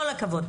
כל הכבוד,